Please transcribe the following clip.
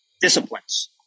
disciplines